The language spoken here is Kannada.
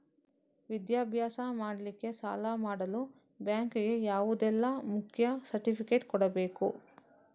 ವಿದ್ಯಾಭ್ಯಾಸ ಮಾಡ್ಲಿಕ್ಕೆ ಸಾಲ ಮಾಡಲು ಬ್ಯಾಂಕ್ ಗೆ ಯಾವುದೆಲ್ಲ ಮುಖ್ಯ ಸರ್ಟಿಫಿಕೇಟ್ ಕೊಡ್ಬೇಕು?